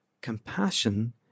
Compassion